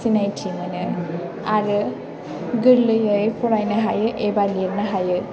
सिनायथि मोनो आरो गोरलैयै फरायनो हायो एबा लिरनो हायो